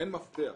אין מפתח.